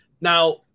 Now